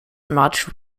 much